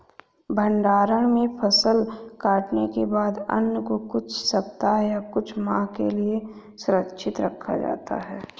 भण्डारण में फसल कटने के बाद अन्न को कुछ सप्ताह या कुछ माह के लिये सुरक्षित रखा जाता है